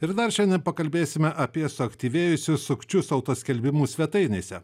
ir dar šiandien pakalbėsime apie suaktyvėjusius sukčius auto skelbimų svetainėse